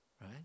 right